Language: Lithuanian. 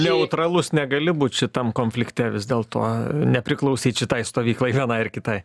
neutralus negali būt šitam konflikte vis dėlto nepriklausyt šitai stovyklai vienai ar kitai